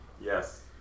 Yes